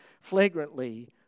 flagrantly